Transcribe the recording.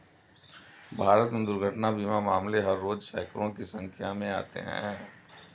भारत में दुर्घटना बीमा मामले हर रोज़ सैंकडों की संख्या में आते हैं